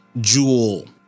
jewel